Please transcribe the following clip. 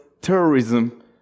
terrorism